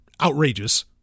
outrageous